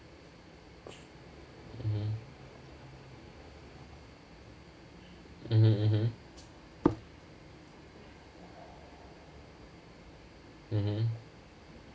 mmhmm mmhmm mmhmm mmhmm